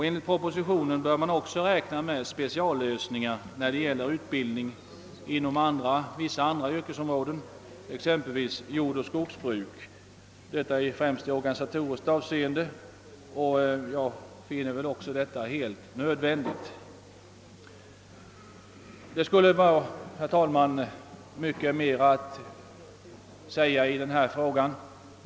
Enligt propositionen bör man också räkna med speciallösningar när det gäller utbildningen inom vissa andra yrkesområden, exempelvis jordoch skogsbruk — detta främst i organisatoriskt avseende — och jag finner också detta helt nödvändigt. Det skulle, herr talman, vara mycket mer att säga i denna fråga.